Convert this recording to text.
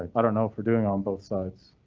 i don't know if we're doing on both sides,